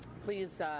Please